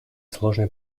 сложной